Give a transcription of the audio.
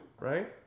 right